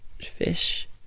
Fish